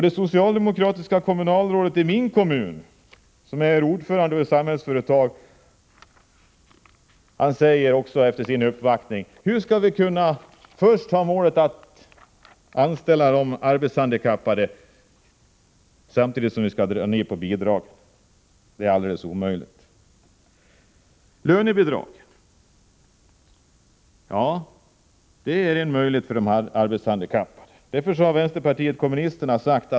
Det socialdemokratiska kommunalrådet i min kommun — han är ordförande i Samhällsföretag — säger efter sin uppvaktning följande: Hur skall vi kunna ha målet att anställa de arbetshandikappade samtidigt som vi skall dra ner på bidragen? Det är alldeles omöjligt. En möjlighet för de arbetshandikappade är att få lönebidrag.